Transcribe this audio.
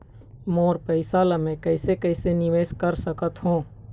मोर पैसा ला मैं कैसे कैसे निवेश कर सकत हो?